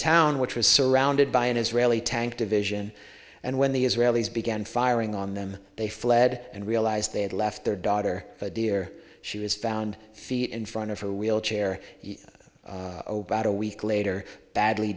town which was surrounded by an israeli tank division and when the israelis began firing on them they fled and realized they had left their daughter dear she was found feet in front of her wheelchair obeid a week later badly